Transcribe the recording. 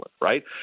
Right